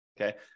Okay